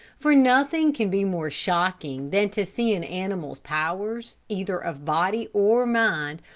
for nothing can be more shocking than to see an animal's powers, either of body or mind,